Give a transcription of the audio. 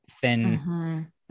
thin